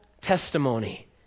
testimony